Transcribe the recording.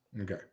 Okay